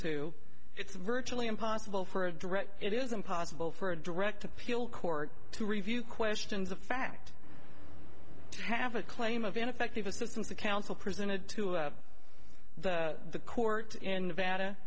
to it's virtually impossible for a direct it is impossible for a direct appeal court to review questions of fact to have a claim of ineffective assistance of counsel presented to the the court in nevada